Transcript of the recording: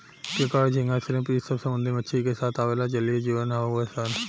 केकड़ा, झींगा, श्रिम्प इ सब समुंद्री मछली के साथ आवेला जलीय जिव हउन सन